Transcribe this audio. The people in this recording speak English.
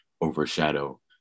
overshadow